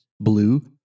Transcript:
blue